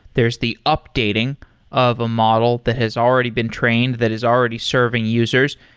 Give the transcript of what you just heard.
there's the updating of a model that has already been trained, that is already serving users,